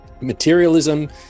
materialism